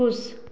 खुश